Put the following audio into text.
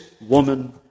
woman